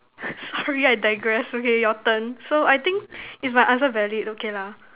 sorry I digress okay your turn so I think is my answer valid okay lah